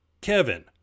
Kevin